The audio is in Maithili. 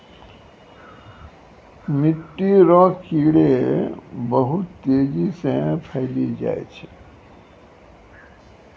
मिट्टी रो कीड़े बहुत तेजी से फैली जाय छै